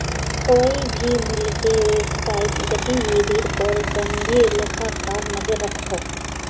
कोए भी मुल्केर व्यवसायिक गतिविधिर पोर संदी लेखाकार नज़र रखोह